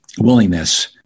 willingness